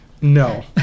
No